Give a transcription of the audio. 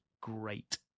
great